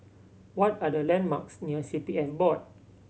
what are the landmarks near C P F Board